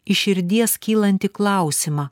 iš širdies kylantį klausimą